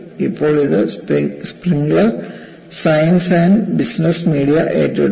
ഇപ്പോൾ ഇത് Springer Science and Business Media ഏറ്റെടുത്തു